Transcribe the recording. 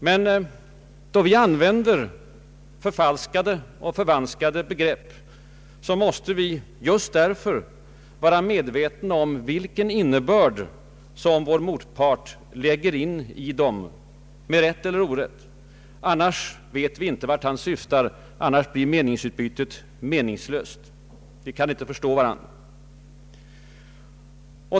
Men då vi använder förfalskade och förvanskade begrepp måste vi just därför vara medvetna om vilken innebörd vår motpart lägger in i dem, med rätt eller orätt. Annars vet vi inte vart han syftar. Då blir meningsutbytet meningslöst. Vi kan inte förstå varandra.